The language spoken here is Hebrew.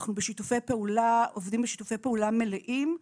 אנחנו עובדים בשיתופי פעולה מלאים.